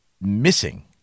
missing